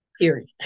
period